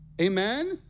amen